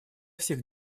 всех